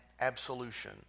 absolution